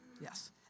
Yes